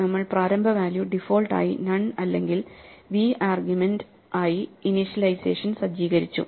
നമ്മൾ പ്രാരംഭ value default ആയി നൺ അല്ലെങ്കിൽ വി ആർഗ്യുമെന്റ് ആയി ഇനിഷ്യലൈസേഷൻ സജ്ജീകരിച്ചു